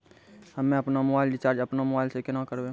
हम्मे आपनौ mobile recharge आपनौ मोबाइल से केना करवै?